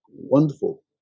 wonderful